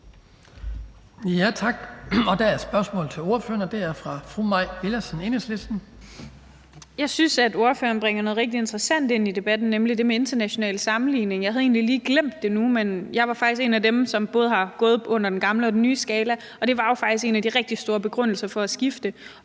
Jeg synes, at ordføreren bringer noget rigtig interessant ind i debatten, nemlig det med international sammenligning. Jeg havde egentlig lige glemt det nu, men jeg er faktisk en af dem, som har gået i skole under både den gamle og nye skala, og det med international sammenligning var jo faktisk en af de mere udbredte begrundelser for at skifte,